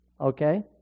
okay